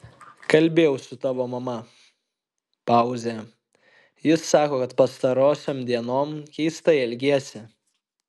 kalbėjau su tavo mama pauzė ji sako kad pastarosiom dienom keistai elgiesi